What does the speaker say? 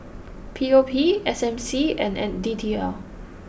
P O P S M C and D T L